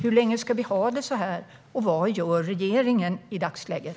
Hur länge ska vi ha det så här, och vad gör regeringen i dagsläget?